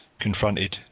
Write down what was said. confronted